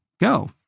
Go